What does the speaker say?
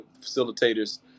facilitators